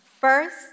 first